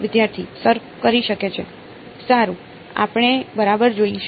વિદ્યાર્થી સર કરી શકે છે સારું આપણે બરાબર જોઈશું